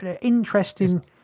interesting